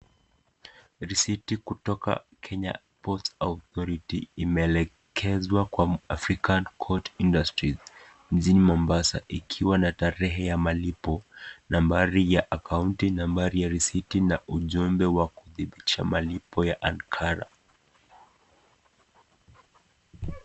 Risiti kutoka Kenya Ports Authority imeelekezwa kwa African Cot Industries mjini Mombasa ikiwa na tarehe ya malipo, nambari ya akaunti, nambari ya risiti na ujumbe wa kudhibitisha malipo ya ankara.